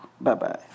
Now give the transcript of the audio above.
Bye-bye